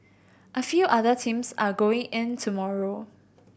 a few other teams are going in tomorrow